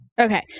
Okay